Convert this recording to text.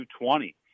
220